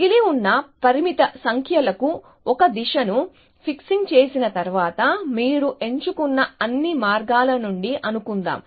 మిగిలి ఉన్న పరిమిత సంఖ్యలకు ఒక దిశను ఫిక్సింగ్ చేసిన తర్వాత మీరు ఎంచుకున్న అన్ని మార్గాల నుండి అనుకుందాం